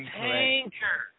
tanker